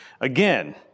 Again